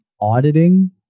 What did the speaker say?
auditing